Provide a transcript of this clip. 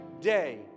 day